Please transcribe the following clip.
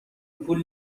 پول